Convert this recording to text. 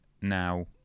now